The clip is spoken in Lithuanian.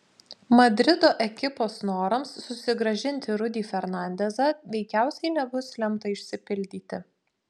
madrido ekipos norams susigrąžinti rudy fernandezą veikiausiai nebus lemta išsipildyti